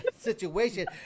situation